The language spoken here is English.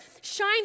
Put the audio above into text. shine